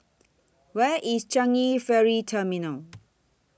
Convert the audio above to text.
Where IS Changi Ferry Terminal